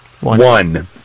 One